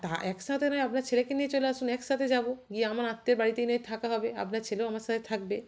তা একসাথে নয় আপনার ছেলেকে নিয়ে চলে আসুন একসাথে যাবো গিয়ে আমার আত্মীয়ের বাড়িতেই নয় থাকা হবে আপনার ছেলেও আমার সাথে থাকবে